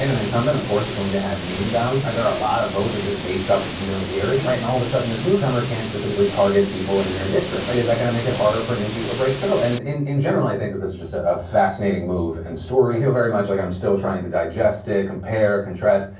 and an incumbent, of course, is going to have name value. right, there are a lot of votes that are just based off of familiarity. right, and all of a sudden this new-comer can't specifically target people in their district. right, is that gonna make it harder for new people to break through? and in in general, i think this is just ah a fascinating move and story, i feel very much like i'm still trying to digest it, compare, contrast,